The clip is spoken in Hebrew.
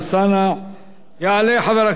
יעלה חבר הכנסת שי חרמש,